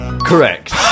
correct